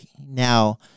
now